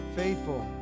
faithful